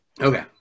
okay